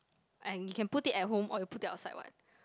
and you can put it at home or you put it outside [what]